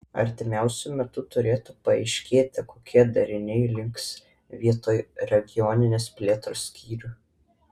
artimiausiu metu turėtų paaiškėti kokie dariniai liks vietoj regioninės plėtros skyrių